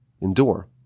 endure